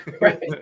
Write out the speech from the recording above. right